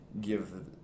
give